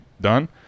done